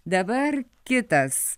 dabar kitas